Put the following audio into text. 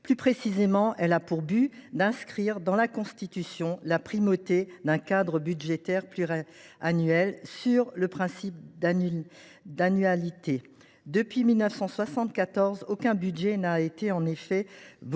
Plus précisément, ce texte a pour but d’inscrire dans la Constitution la primauté d’un cadre budgétaire pluriannuel sur le principe d’annualité. Depuis 1974, aucun budget n’a en effet été